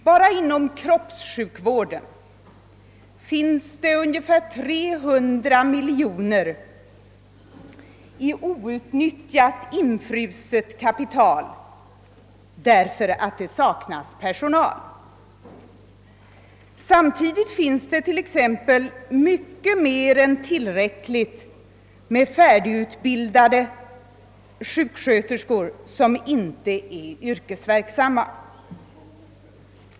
Bara inom kroppssjukvården finns det ungefär 300 miljoner kronor i outnyttjat, infruset kapital därför att det saknas personal. Samtidigt finns det t.ex. mycket mer än tillräckligt med färdigutbildade sjuksköterskor som inte är yrkesverksamma.